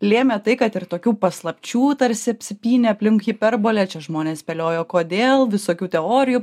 lėmė tai kad ir tokių paslapčių tarsi apsipynė aplink hiperbolę čia žmonės spėliojo kodėl visokių teorijų